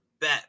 bet